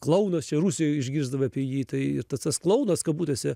klounas čia rusijoj išgirsdavai apie jį tai tas tas klounas kabutėse